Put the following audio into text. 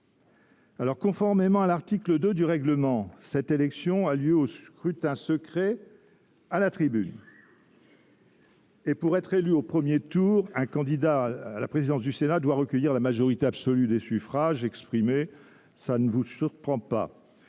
Conformément à l’article 2 du règlement, cette élection a lieu au scrutin secret à la tribune. Pour être élu au premier tour, un candidat à la présidence du Sénat doit recueillir la majorité absolue des suffrages exprimés. Si la majorité absolue